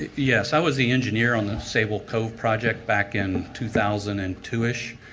yes, i was the engineer on sable coat project back in two thousand, and two ish.